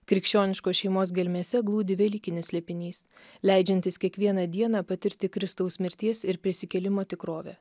krikščioniškos šeimos gelmėse glūdi velykinis slėpinys leidžiantis kiekvieną dieną patirti kristaus mirties ir prisikėlimo tikrovę